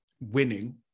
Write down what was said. winning